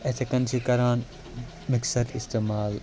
یِتھٔے کٔنۍ چھِ کَران مِکسَر اِستعمال